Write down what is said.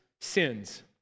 sins